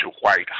white